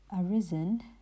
arisen